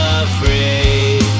afraid